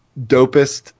dopest